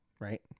Right